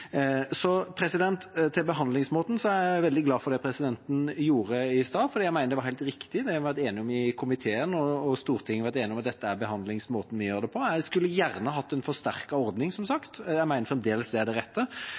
er jeg veldig glad for det som presidenten gjorde i stad, for jeg mener det var helt riktig. Det har en vært enige om i komiteen og i Stortinget, at dette er behandlingsmåten vi gjør det på. Jeg skulle gjerne hatt en forsterket ordning, som sagt. Jeg mener fremdeles det er det rette.